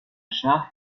شهر